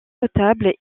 notable